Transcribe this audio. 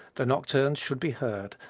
the nocturnes should be heard,